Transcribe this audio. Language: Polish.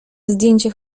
zdjęcie